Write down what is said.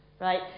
right